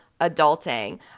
adulting